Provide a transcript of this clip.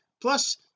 Plus